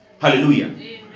Hallelujah